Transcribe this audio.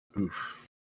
Oof